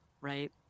right